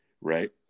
Right